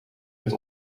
het